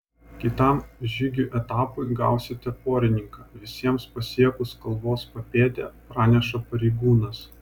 kitam žygių etapui gausite porininką visiems pasiekus kalvos papėdę praneša pareigūnas